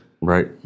right